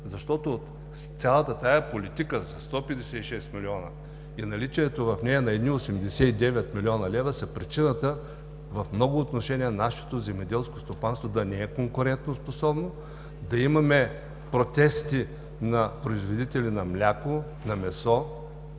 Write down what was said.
защото цялата тази политика за 156 млн. лв. и наличието в нея на едни 89 млн. лв. са причината в много отношения нашето земеделско стопанство да не е конкурентноспособно, да имаме протести на производители на мляко, на месо